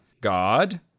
god